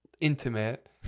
intimate